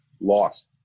lost